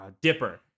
Dipper